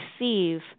receive